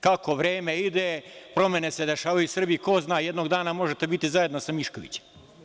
Kako vreme ide, promene se dešavaju, Srbi ko zna, jednog dana možete biti zajedno sa Miškovićem.